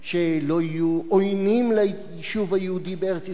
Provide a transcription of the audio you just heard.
שלא יהיו עוינים ליישוב היהודי בארץ-ישראל.